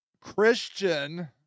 Christian